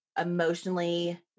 emotionally